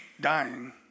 dying